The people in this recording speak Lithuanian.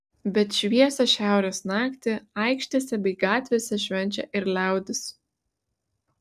bet šviesią šiaurės naktį aikštėse bei gatvėse švenčia ir liaudis